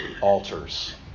altars